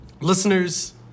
Listeners